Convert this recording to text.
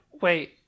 Wait